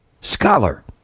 scholar